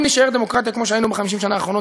אם נישאר דמוקרטיה כמו שהיינו ב-50 שנה האחרונות,